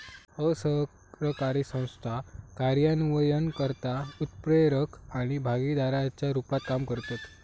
असरकारी संस्था कार्यान्वयनकर्ता, उत्प्रेरक आणि भागीदाराच्या रुपात काम करतत